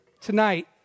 tonight